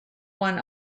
won